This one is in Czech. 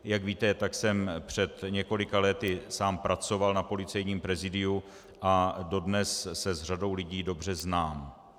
Jak víte, tak jsem před několika lety sám pracoval na Policejním prezídiu a dodnes se s řadou lidí dobře znám.